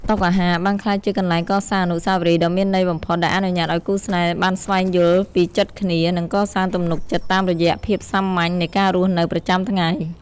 តុអាហារបានក្លាយជាកន្លែងកសាងអនុស្សាវរីយ៍ដ៏មានន័យបំផុត ដែលអនុញ្ញាតឱ្យគូស្នេហ៍បានស្វែងយល់ពីចិត្តគ្នា និងកសាងទំនុកចិត្តតាមរយៈភាពសាមញ្ញនៃការរស់នៅប្រចាំថ្ងៃ។